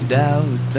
doubt